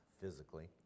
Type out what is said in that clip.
physically